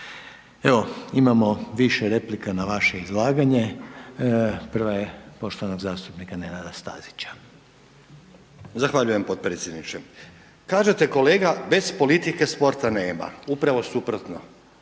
Evo, imamo više replika na vaše izlaganje, prva je poštovanog zastupnika Nenada Stazića. **Stazić, Nenad (SDP)** Zahvaljujem potpredsjedniče. Kažete kolega bez politike sporta nema, upravo suprotno,